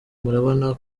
murabona